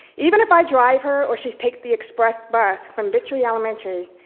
even if i drive her or she take the express bus from victory elementary,